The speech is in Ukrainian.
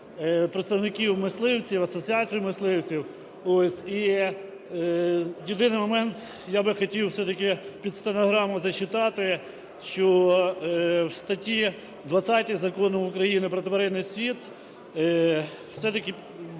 представників мисливців, Асоціації мисливців. І єдиний момент я би хотів все-таки під стенограму зачитати. Що в статті 20 Закону України "Про тваринний світ" все-таки